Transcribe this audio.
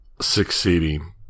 succeeding